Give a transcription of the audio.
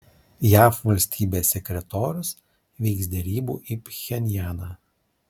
jav valstybės sekretorius vyks derybų į pchenjaną